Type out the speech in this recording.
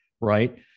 right